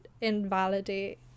invalidate